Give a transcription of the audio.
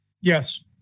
Yes